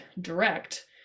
direct